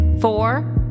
four